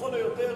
לכל היותר